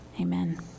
Amen